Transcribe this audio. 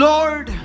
Lord